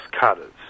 cutters